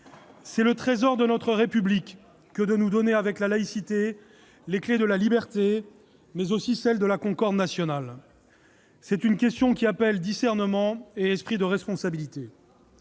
C'est le trésor de notre République que de nous donner, avec la laïcité, les clés de la liberté en même temps que de la concorde nationale. C'est une question qui appelle discernement et esprit de responsabilité.